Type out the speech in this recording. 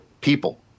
people